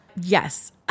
Yes